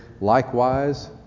likewise